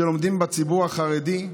שלומדים בציבור החרדי,